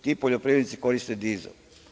Ti poljoprivrednici koriste dizel.